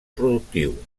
productiu